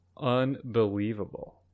Unbelievable